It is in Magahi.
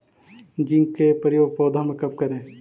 जिंक के प्रयोग पौधा मे कब करे?